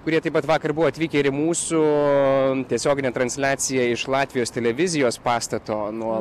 kurie taip pat vakar buvo atvykę ir į mūsų tiesioginę transliaciją iš latvijos televizijos pastato nuo